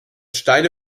steile